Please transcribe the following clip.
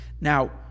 Now